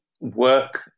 work